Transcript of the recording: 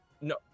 no